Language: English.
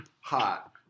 Hot